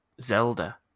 Zelda